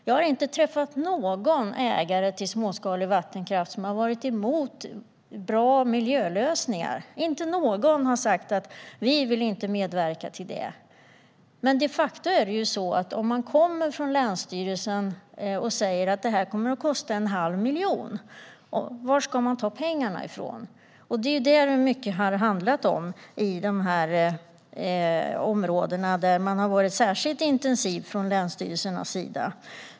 Jag har inte träffat någon ägare av småskalig vattenkraft som har varit emot bra miljölösningar. Ingen har sagt att de inte vill medverka till detta. Men om man från länsstyrelsen säger att detta kommer att kosta en halv miljon, varifrån ska pengarna då tas? Det är detta det till stor del har handlat om i de områden där man har varit särskilt intensiv från länsstyrelsens sida.